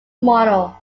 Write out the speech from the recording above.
model